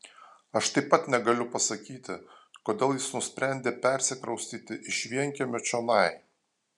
aš taip pat negaliu pasakyti kodėl jis nusprendė persikraustyti iš vienkiemio čionai